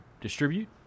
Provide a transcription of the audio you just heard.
distribute